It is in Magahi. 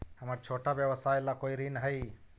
हमर छोटा व्यवसाय ला कोई ऋण हई?